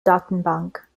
datenbank